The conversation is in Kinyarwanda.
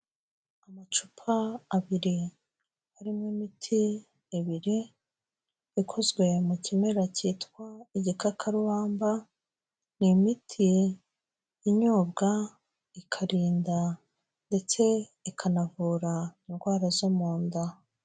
Amacupa abiri arimo imiti ibiri ikozwe mu kimera cyitwa igikakarubamba, ni imiti inyobwa, ikarinda ndetse ikanavura indwara zo mu nda.